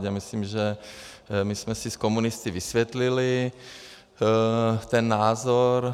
Myslím, že my jsme si s komunisty vysvětlili ten názor.